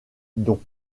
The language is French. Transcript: don